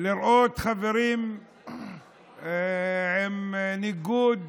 לראות חברים עם ניגוד